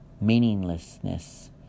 Meaninglessness